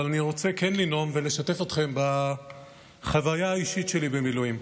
אבל אני כן רוצה לנאום ולשתף אתכם בחוויה האישית שלי במילואים.